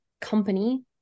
company